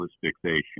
fixation